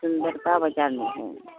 सुन्दरता बजारमे छै